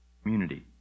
Community